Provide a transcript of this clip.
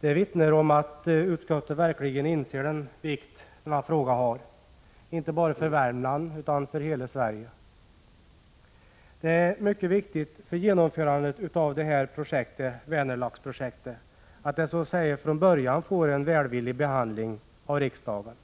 Det vittnar om att utskottet verkligen inser den vikt denna fråga har, inte bara för Värmland utan för hela Sverige. Det är mycket viktigt för genomförandet av Vänerlaxprojektet att det så att säga från början får en välvillig behandling av riksdagen.